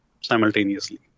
simultaneously